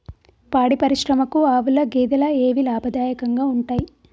పాడి పరిశ్రమకు ఆవుల, గేదెల ఏవి లాభదాయకంగా ఉంటయ్?